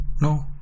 no